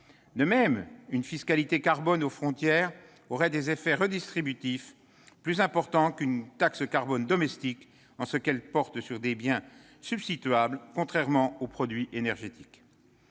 De même, une fiscalité carbone aux frontières aurait des effets redistributifs plus importants qu'une taxe carbone domestique, en ce qu'elle porte sur des biens substituables, contrairement aux produits énergétiques.